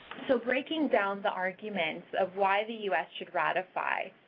so breaking down the argument of why the u s. should ratify.